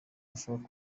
uvuga